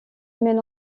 mène